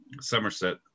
Somerset